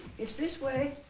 it's this way